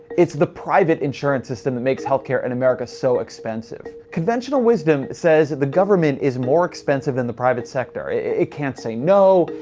it's the private insurance system that makes health care in and america so expensive. conventional wisdom says that the government is more expensive than the private sector. it can't say no.